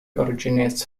originates